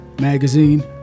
Magazine